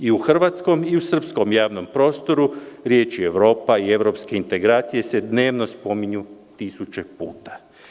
I u hrvatskom i u srpskom javnom prostoru riječi „Evropa“ i „evropske integracije“ se dnevno spominju tisuću puta.